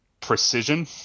precision